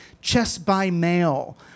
chess-by-mail